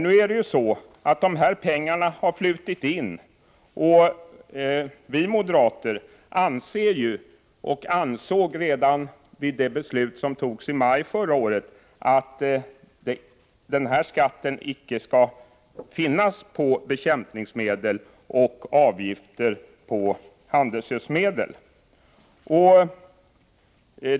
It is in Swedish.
Nu har dessa pengar flutit in, och vi moderater anser, och ansåg redan vid beslutet i maj förra året, att man inte skall ha den här skatten på bekämpningsmedel och inte heller på handelsgödselmedel.